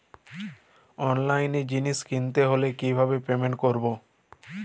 অনলাইনে জিনিস কিনতে হলে কিভাবে পেমেন্ট করবো?